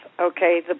okay